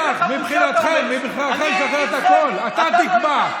בטח, מבחינתך אפשר בכלל לשחרר את הכול, אתה תקבע.